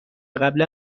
قبلا